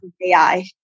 AI